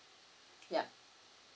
ya